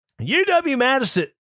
UW-Madison